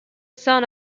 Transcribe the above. son